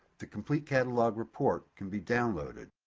the complete catalog report can be downloaded.